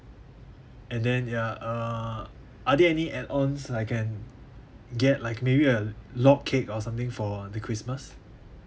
and then ya uh are there any add ons I can get like maybe a log cake or something for the christmas